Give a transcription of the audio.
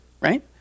right